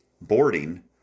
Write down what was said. boarding